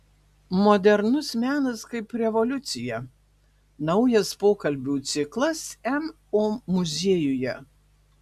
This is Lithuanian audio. modernus menas kaip revoliucija naujas pokalbių ciklas mo muziejuje